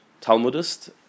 Talmudist